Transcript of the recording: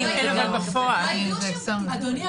אדוני,